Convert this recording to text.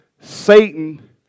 Satan